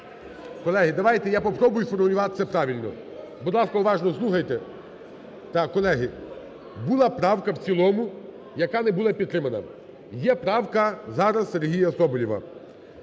Колеги, давайте я попробую сформулювати це правильно. Будь ласка, уважно слухайте. Колеги, була правка в цілому, яка не була підтримана. Є правка зараз Сергія Соболєва.